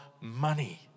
money